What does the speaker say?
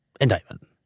indictment